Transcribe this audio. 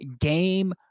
game